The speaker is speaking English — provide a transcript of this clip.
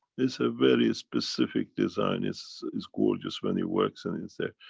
it's a very specific design, it's, it's it's gorgeous when it works and it's there.